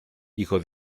hijo